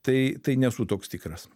tai tai nesu toks tikras